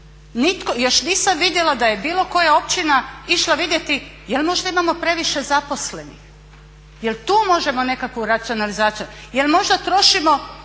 još nisam vidjela da je bilo koja općina išla vidjeti je li možda imamo previše zaposlenih. Je li tu možemo nekakvu racionalnizaciju? Je li možda trošimo